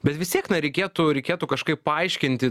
bet vis tiek na reikėtų reikėtų kažkaip paaiškinti